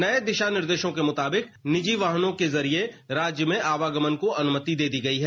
नये दिशानिर्देशों के मुताबिक निजी वाहनों के जरिए राज्य में आवागमन को अनुमति दे दी गई है